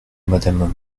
madame